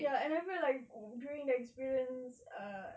ya and I feel like during the experience err